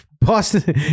Boston